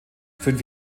fünf